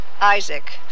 Isaac